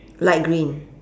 light green